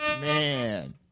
man